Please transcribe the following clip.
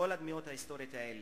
כל הדמויות ההיסטוריות האלה.